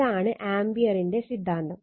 ഇതാണ് ആമ്പിയറിന്റെ സിദ്ധാന്തം